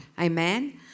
amen